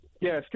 Yes